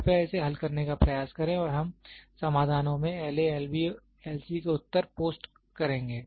कृपया इसे हल करने का प्रयास करें और हम समाधानों में L A L B L C के उत्तर पोस्ट करेंगे